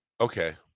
okay